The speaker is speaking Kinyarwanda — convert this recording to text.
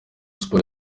sports